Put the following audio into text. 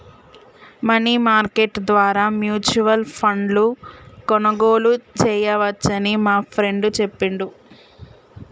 money market ద్వారా mutual ఫండ్ను కొనుగోలు చేయవచ్చని మా ఫ్రెండు చెప్పిండు